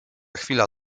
chwila